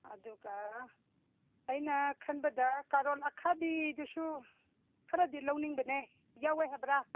ꯑꯗꯨꯒ ꯑꯩꯅ ꯈꯟꯕꯗ ꯀꯥꯔꯣꯠ ꯑꯈꯥꯕꯤꯗꯨꯁꯨ ꯈꯔꯗꯤ ꯂꯧꯅꯤꯡꯕꯅꯦ ꯌꯥꯎꯋꯦ ꯍꯥꯏꯕꯔꯥ